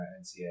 NCA